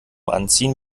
anziehen